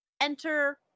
Enter